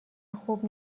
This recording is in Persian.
خوب